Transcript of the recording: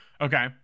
Okay